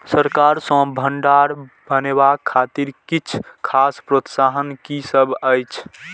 सरकार सँ भण्डार बनेवाक खातिर किछ खास प्रोत्साहन कि सब अइछ?